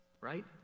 Right